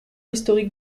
historique